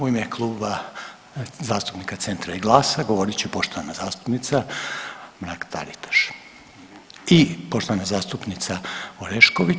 U ime Kluba zastupnika Centra i GLAS-a govorit će poštovana zastupnica Mrak Taritaš i poštovana zastupnica Orešković.